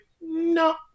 no